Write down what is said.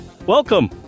welcome